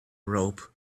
rope